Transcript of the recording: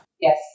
yes